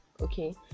Okay